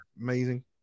amazing